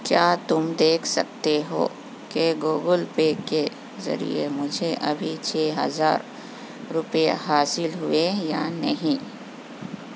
کیا تم دیکھ سکتے ہو کہ گوگل پے کے ذریعے مجھے ابھی چھ ہزار روپیہ حاصل ہوئے یا نہیں